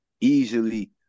easily